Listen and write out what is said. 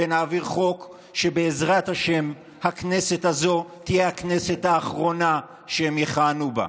ונעביר חוק שבעזרת השם הכנסת הזו תהיה הכנסת האחרונה שהם יכהנו בה.